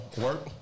Work